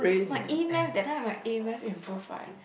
my e-math that time my a-math improve right